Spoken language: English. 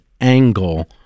angle